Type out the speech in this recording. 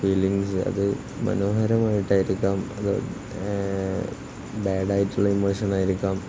feelings അത് മനോഹരമായിട്ടായിരിക്കാം അത് ബാഡ് ആയിട്ടുള്ള ഇമോഷന് ആയിരിക്കാം